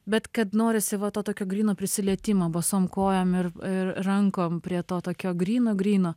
bet kad norisi va to tokio gryno prisilietimo basom kojom ir ir rankom prie to tokio gryno gryno